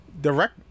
direct